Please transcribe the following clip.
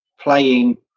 playing